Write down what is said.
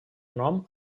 nom